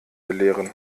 belehren